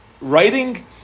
writing